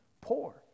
poor